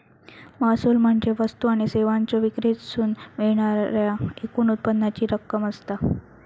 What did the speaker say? महसूल म्हणजे वस्तू आणि सेवांच्यो विक्रीतसून मिळणाऱ्या एकूण उत्पन्नाची रक्कम असता